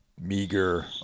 meager